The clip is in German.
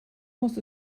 muss